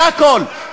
זה הכול.